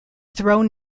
throne